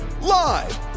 Live